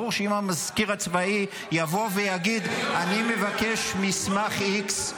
ברור שאם המזכיר הצבאי יבוא ויגיד: אני מבקש מסמך x,